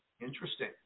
Interesting